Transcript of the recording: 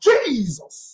Jesus